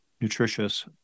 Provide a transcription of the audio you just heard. nutritious